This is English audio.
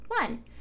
One